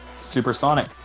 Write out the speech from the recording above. Supersonic